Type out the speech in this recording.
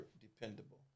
dependable